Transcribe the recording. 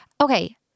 Okay